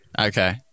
Okay